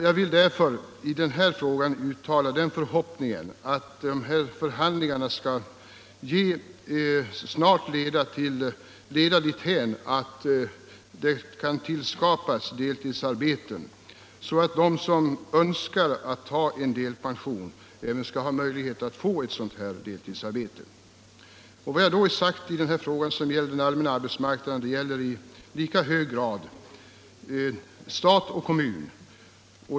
Jag vill därför uttala den förhoppningen att förhandlingarna snart skall leda dithän att det tillskapas deltidsarbeten, så att de som önskar ta ut delpension har möjlighet att få ett sådant. Vad jag i denna fråga sagt beträffande den allmänna arbetsmarknaden gäller i lika hög grad stat och kommun.